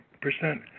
percent